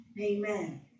Amen